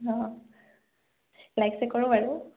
অঁ লাইক চাইক কৰোঁ আৰু